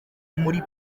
muri